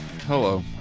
Hello